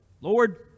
Lord